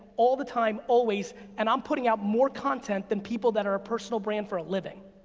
all the time, always and i'm putting out more content than people that are a personal brand for a living.